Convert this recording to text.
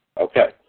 Okay